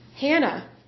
Hannah